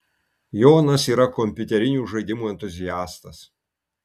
jonas yra kompiuterinių žaidimų entuziastas